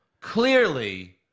clearly